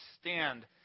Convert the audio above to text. stand